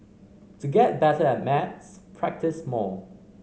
to get better at maths practise more